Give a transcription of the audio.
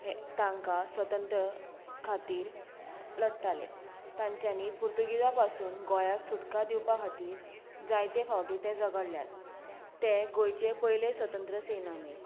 हे तांकां स्वतंत्र खातीर लडताले तांच्यानी पुर्तुगेजां पासून गोंयाक सुटका दिवपा खातीर जायते फावटी ते झगडलें तें गोंयचे पयलें स्वतंत्र सेनानी